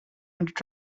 hundred